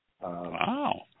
Wow